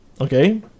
Okay